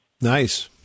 Nice